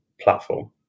platform